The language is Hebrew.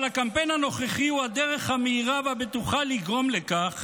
אבל הקמפיין הנוכחי הוא הדרך המהירה והבטוחה לגרום לכך